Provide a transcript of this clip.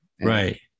Right